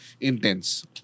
intense